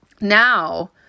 now